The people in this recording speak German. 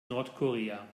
nordkorea